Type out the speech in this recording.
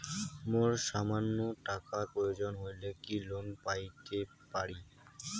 মোর সামান্য টাকার প্রয়োজন হইলে কি লোন পাইতে পারি?